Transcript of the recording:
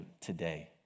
today